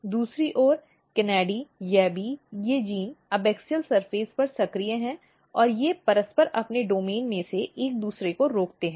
दूसरी ओर KANADI YABBY ये जीन एबॅक्सियल सतह पर सक्रिय हैं और ये परस्पर अपने डोमेन में एक दूसरे को रोकते हैं